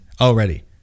already